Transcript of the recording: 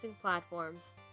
platforms